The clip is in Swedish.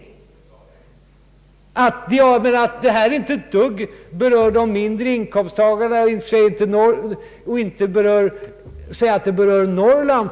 Tala alltså om att detta exempel inte ett dugg berör de mindre inkomsttagarna och inte heller särskilt Norrland.